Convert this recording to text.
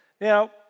Now